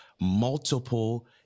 multiple